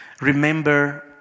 Remember